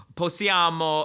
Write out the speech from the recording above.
possiamo